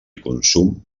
consum